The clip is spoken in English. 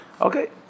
Okay